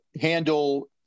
handle